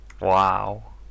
Wow